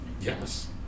Yes